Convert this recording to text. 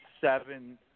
seven